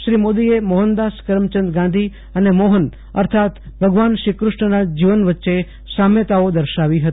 શ્રી મોદીએ મોહનદાસ કરમચંદ ગાંધી અને મોહન અર્થાત્ ભગવાન શ્રીક્રષ્ણના જીવન વચ્ચે સામ્યતાઓ દર્શાવ હતી